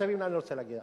תבין לאן אני רוצה להגיע.